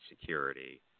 security